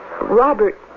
Robert